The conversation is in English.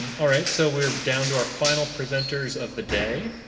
all right, so we're down to our final presenters of the day.